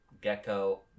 gecko